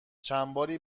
چندباری